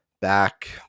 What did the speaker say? back